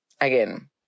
again